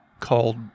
called